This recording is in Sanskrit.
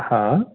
हां